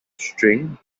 string